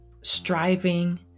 striving